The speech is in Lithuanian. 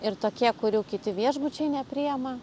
ir tokie kurių kiti viešbučiai nepriima